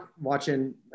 watching